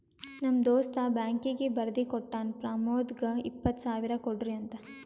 ನಮ್ ದೋಸ್ತ ಬ್ಯಾಂಕೀಗಿ ಬರ್ದಿ ಕೋಟ್ಟಾನ್ ಪ್ರಮೋದ್ಗ ಇಪ್ಪತ್ ಸಾವಿರ ಕೊಡ್ರಿ ಅಂತ್